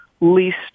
least